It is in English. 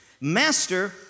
Master